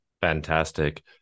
Fantastic